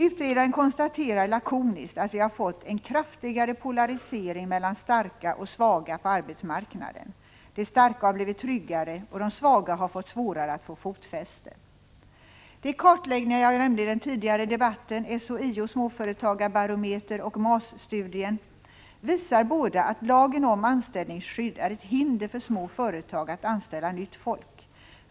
Utredaren konstaterar lakoniskt att vi har fått en kraftigare polarisering mellan starka och svaga på arbetsmarknaden. De starka har blivit tryggare och de svaga har fått svårare att få fotfäste. De kartläggningar jag nämnde i den tidigare debatten, SHIO:s småföretagsbarometer och MAS-studien, visar båda att lagen om anställningsskydd är ett hinder för små företag att anställa nytt folk.